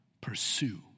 pursue